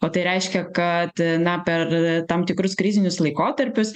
o tai reiškia kad na per tam tikrus krizinius laikotarpius